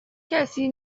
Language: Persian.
کسی